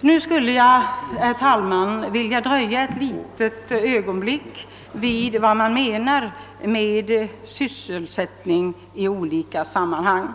Nu skulle jag, herr talman, vilja dröja ett litet ögonblick vid vad man menar med sysselsättning i olika sammanhang.